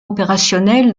opérationnels